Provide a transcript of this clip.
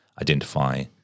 identify